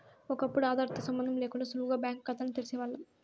ఒకప్పుడు ఆదార్ తో సంబందం లేకుండా సులువుగా బ్యాంకు కాతాల్ని తెరిసేవాల్లం